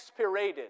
expirated